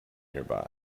nearby